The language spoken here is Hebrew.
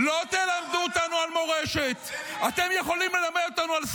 לא תלמדו אותנו על מורשת.